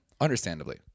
Understandably